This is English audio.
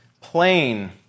plain